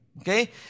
Okay